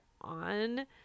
on